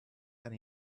and